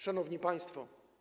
Szanowni Państwo!